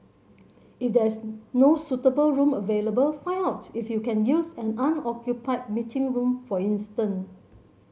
if there is no suitable room available find out if you can use an unoccupied meeting room for instance